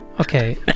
Okay